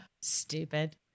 Stupid